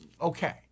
okay